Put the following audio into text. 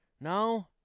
No